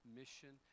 mission